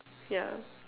yeah